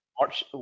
March